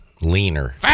leaner